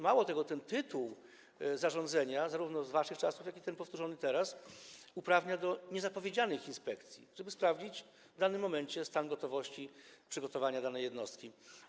Mało tego, ten tytuł zarządzenia, zarówno ten z waszych czasów, jak i ten powtórzony teraz, uprawnia do niezapowiedzianych inspekcji, żeby sprawdzić stan gotowości w danym momencie, stan przygotowania danej jednostki.